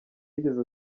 yigeze